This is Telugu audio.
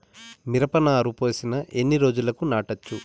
మిరప నారు పోసిన ఎన్ని రోజులకు నాటచ్చు?